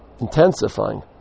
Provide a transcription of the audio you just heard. intensifying